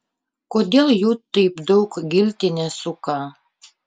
kodėl jų taip daug giltinė suka